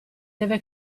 deve